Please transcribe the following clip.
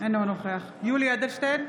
יואל אדלשטיין,